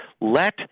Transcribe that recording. Let